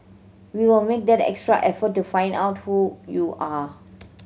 we will make that extra effort to find out who you are